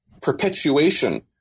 perpetuation